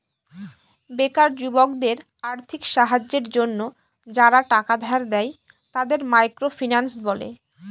বেকার যুবকদের আর্থিক সাহায্যের জন্য যারা টাকা ধার দেয়, তাদের মাইক্রো ফিন্যান্স বলে